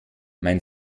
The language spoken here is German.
mein